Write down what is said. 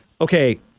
Okay